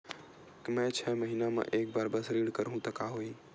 मैं छै महीना म एक बार बस ऋण करहु त का होही?